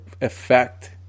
effect